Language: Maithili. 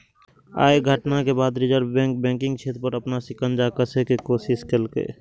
अय घटना के बाद रिजर्व बैंक बैंकिंग क्षेत्र पर अपन शिकंजा कसै के कोशिश केलकै